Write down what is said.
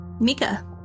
Mika